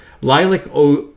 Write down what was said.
lilac